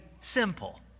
simple